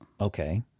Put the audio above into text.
Okay